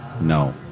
No